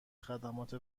خدمات